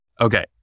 Okay